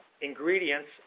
ingredients